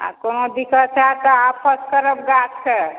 आ कोनो दिक्कत होयत तऽ आपस करब गाछके